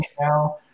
now